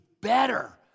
better